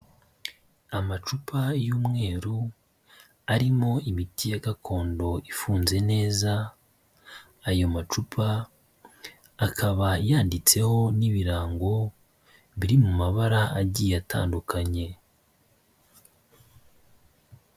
Amacupa y'umweru arimo imiti ya gakondo ifunze neza, ayo macupa akaba yanditseho n'ibirango biri mu mabara agiye atandukanye.